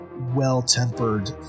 well-tempered